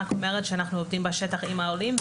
אנחנו עובדים בשטח עם העולים.